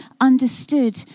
understood